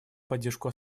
поддержку